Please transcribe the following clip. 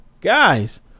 Guys